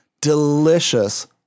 delicious